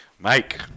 Mike